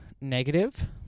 negative